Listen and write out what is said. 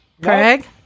Craig